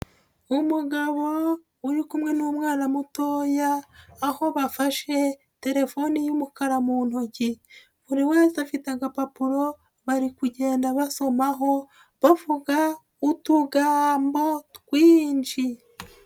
Umugabo uri kumwe n'umwana mutoya aho bafashe telefone y'umukara mu ntoki, buri wese afite agapapuro bari kugenda basomaho bavuga utugambo twinshi.